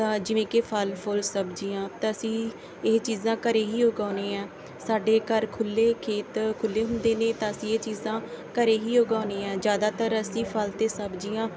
ਤਾਂ ਜਿਵੇਂ ਕਿ ਫਲ ਫੁਲ ਸਬਜ਼ੀਆਂ ਤਾਂ ਅਸੀਂ ਇਹ ਚੀਜ਼ਾਂ ਘਰੇ ਹੀ ਉਗਾਉਂਦੇ ਹਾਂ ਸਾਡੇ ਘਰ ਖੁੱਲ੍ਹੇ ਖੇਤ ਖੁੱਲ੍ਹੇ ਹੁੰਦੇ ਨੇ ਤਾਂ ਅਸੀਂ ਇਹ ਚੀਜ਼ਾਂ ਘਰੇ ਹੀ ਉਗਾਉਂਦੇ ਹਾਂ ਜ਼ਿਆਦਾਤਰ ਅਸੀਂ ਫਲ ਅਤੇ ਸਬਜ਼ੀਆਂ